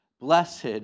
blessed